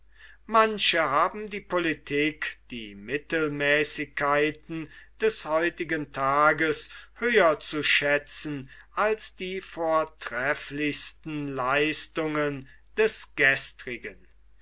manche haben die politik die mittelmäßigkeiten des heutigen tages höher zu schätzen als die vortrefflichsten leistungen des gestrigen